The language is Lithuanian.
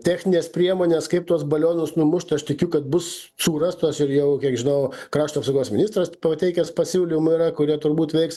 techninės priemonės kaip tuos balionus numušt aš tikiu kad bus surastos ir jau kiek žinau krašto apsaugos ministras pateikęs pasiūlymų yra kurie turbūt veiks